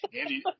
Andy